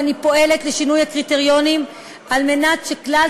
ואני פועלת לשינוי הקריטריונים על מנת שכלל